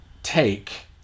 take